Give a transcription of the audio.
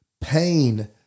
pain